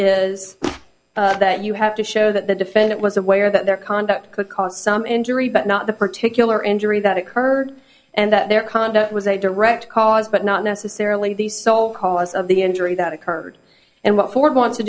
is that you have to show that the defendant was aware that their conduct could cause some injury but not the particular injury that occurred and that their conduct was a direct cause but not necessarily the so cause of the injury that occurred and what ford wants to